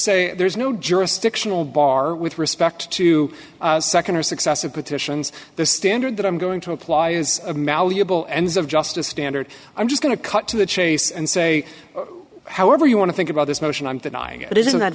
say there's no jurisdictional bar with respect to nd or successive petitions the standard that i'm going to apply is a malleable ends of justice standard i'm just going to cut to the chase and say however you want to think about this motion i'm denying it is not